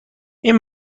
این